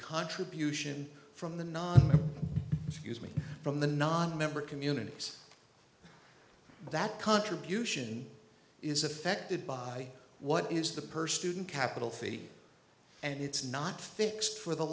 contribution from the non use me from the nonmember communities that contribution is affected by what is the per student capital fee and it's not fixed for the